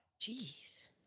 Jeez